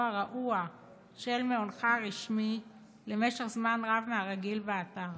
הרעוע של מעונך הרשמי למשך זמן רב מהרגיל באתר,